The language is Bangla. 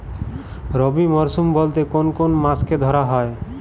রবি মরশুম বলতে কোন কোন মাসকে ধরা হয়?